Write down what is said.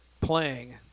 playing